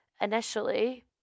initially